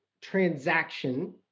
transaction